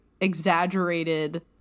exaggerated